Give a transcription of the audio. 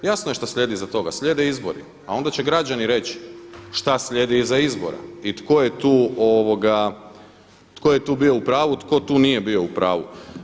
Jasno je šta slijedi iza toga, slijede izbori, a onda će građani reći šta slijedi iza izbora i tko je tu bio u pravu, tko tu nije bio u pravu.